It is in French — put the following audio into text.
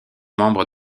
membre